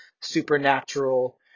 supernatural